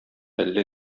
әллә